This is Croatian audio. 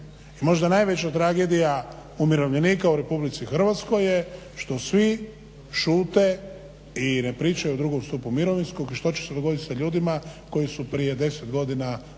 možda najveća tragedija umirovljenika u RH je što svi šute i ne pričaju o drugom stupu mirovinskog i što će se dogoditi sa ljudima koji su prije deset godina odlučili